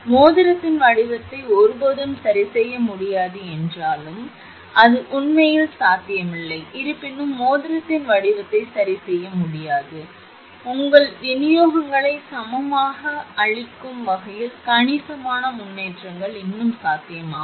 மோதிரத்தின் வடிவத்தை ஒருபோதும் சரிசெய்ய முடியாது என்றாலும் அது உண்மையில் சாத்தியமில்லை இருப்பினும் மோதிரத்தின் வடிவத்தை சரி செய்ய முடியாது உங்கள் விநியோகங்களைச் சமமாக அளிக்கும் வகையில் கணிசமான முன்னேற்றங்கள் இன்னும் சாத்தியமாகும்